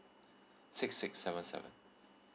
six six seven seven